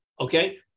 okay